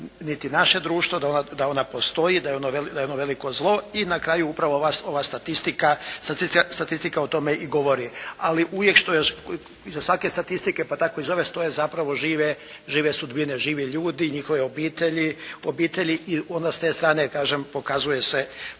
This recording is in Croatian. niti naše društvo, da ona postoji, da je ona veliko zlo. I na kraju upravo ova statistika o tome i govori. Ali uvijek što iza svake statistike pa tako i iza ove stoje žive sudbine, živi ljudi, njihove obitelji, obitelji i onda s te strane kažem, pokazuje se